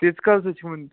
تیٖتس کالس حظ چھِ وۄنۍ